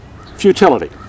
Futility